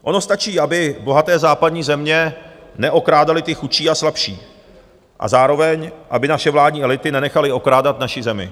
Ono stačí, aby bohaté západní země neokrádaly ty chudší a slabší a zároveň aby naše vládní elity nenechaly okrádat naši zemi.